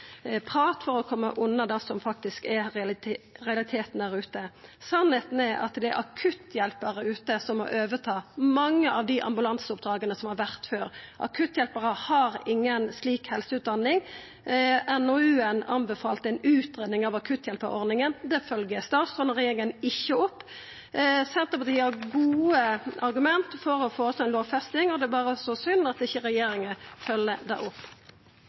prat for å koma unna det som faktisk er realiteten der ute. Sanninga er at det er akutthjelparar der ute som må overta mykje av det som har vore ambulanseoppdrag før. Akutthjelparar har inga slik helseutdanning. NOU-en anbefalte ei utgreiing av akutthjelpeordninga. Det følgjer statsråden og regjeringa ikkje opp. Senterpartiet har gode argument for å føreslå ei lovfesting, og det er berre så synd at ikkje regjeringa følgjer det opp.